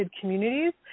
communities